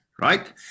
right